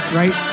right